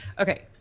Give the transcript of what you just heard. Okay